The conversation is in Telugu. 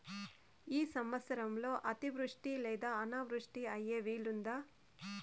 ఈ సంవత్సరంలో అతివృష్టి లేదా అనావృష్టి అయ్యే వీలుందా?